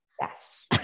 yes